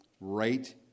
right